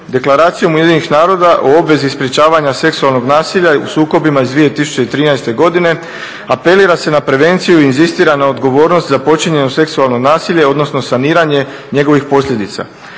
Deklaracijom Ujedinjenih naroda o obvezi sprječavanja seksualnog nasilja u sukobima iz 2013. godine apelira se na prevenciju i inzistira na odgovornosti za počinjeno seksualno nasilje odnosno saniranje njegovih posljedica.